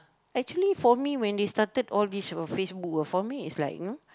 actually for me when they started all these of Facebook ah for me it's like you know